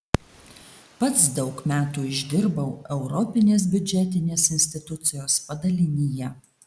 pats daug metų išdirbau europinės biudžetinės institucijos padalinyje